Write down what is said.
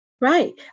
Right